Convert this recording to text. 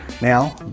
Now